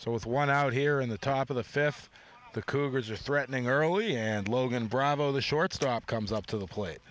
so with one out here in the top of the fifth the cougars are threatening early and logan bravo the shortstop comes up to the plate